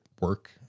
work